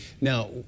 Now